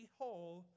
whole